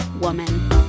woman